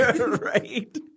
Right